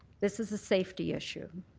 this is a safety issue.